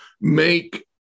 make